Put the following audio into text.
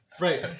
Right